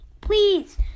please